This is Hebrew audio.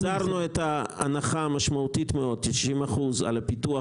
החזרנו את ההנחה המשמעותית מאוד של 90% על הפיתוח